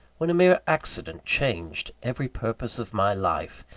when a mere accident changed every purpose of my life,